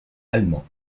allemand